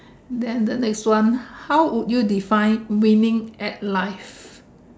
then the next one how would you define winning at life